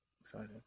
excited